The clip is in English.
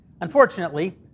Unfortunately